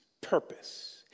purpose